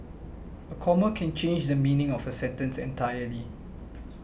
comma can change the meaning of a sentence entirely